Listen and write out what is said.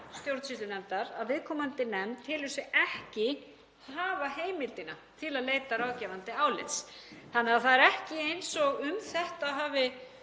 stjórnsýslunefndar að viðkomandi nefnd telur sig ekki hafa heimildina til að leita ráðgefandi álits. Það er því ekki eins og um þetta hafi